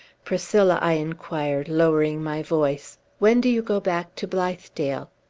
priscilla, i inquired, lowering my voice, when do you go back to blithedale?